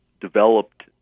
developed